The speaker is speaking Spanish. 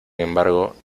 embargo